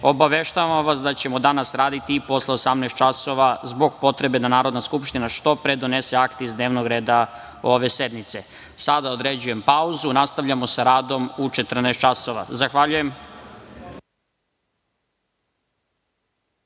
obaveštavam vas da ćemo danas raditi i posle 18.00 časova, zbog potrebe da Narodna skupština što pre donese akte iz dnevnog reda ove sednice. Sada određujem pauzu. Nastavljamo sa radom u 14.00 časova. Zahvaljujem.(Posle